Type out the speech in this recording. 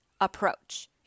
approach